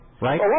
right